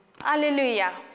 Hallelujah